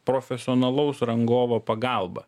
profesionalaus rangovo pagalba